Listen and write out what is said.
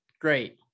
great